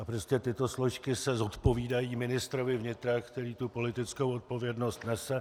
A prostě tyto složky se zodpovídají ministrovi vnitra, který politickou odpovědnost nese.